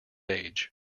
age